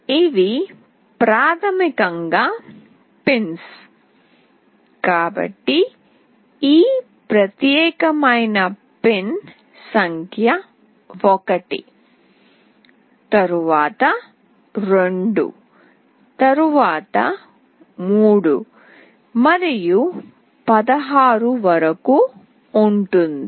ఇవి ప్రాథమికంగా పిన్స్ కాబట్టి ఈ ప్రత్యేకమైన పిన్ సంఖ్య 1 తరువాత 2 తరువాత 3 మరియు 16 వరకు ఉంటుంది